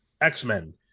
X-Men